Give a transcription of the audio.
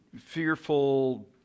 fearful